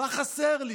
מה חסר לי?